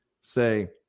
say